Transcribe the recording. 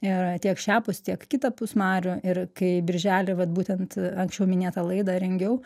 ir a tiek šiapus tiek kitapus marių ir kai birželį vat būtent anksčiau minėtą laidą rengiau